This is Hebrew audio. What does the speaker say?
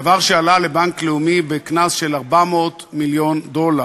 דבר שעלה לבנק לאומי בקנס של 400 מיליון דולר.